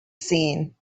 seen